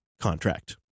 contract